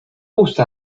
gusta